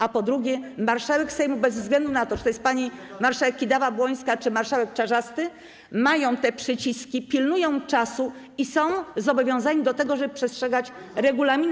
A po drugie, marszałek Sejmu, bez względu na to, czy to jest pani marszałek Kidawa-Błońska, czy pan marszałek Czarzasty, mają przycisk, pilnują czasu i są zobowiązani do tego, żeby przestrzegać regulamin.